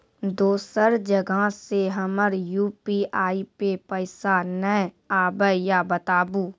दोसर जगह से हमर यु.पी.आई पे पैसा नैय आबे या बताबू?